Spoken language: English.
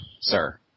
sir